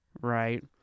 right